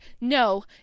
no